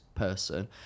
person